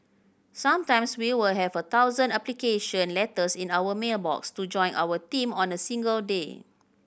sometimes we will have a thousand application letters in our mail box to join our team on a single day